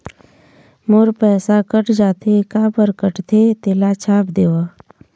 मोर पैसा कट जाथे काबर कटथे तेला छाप देव?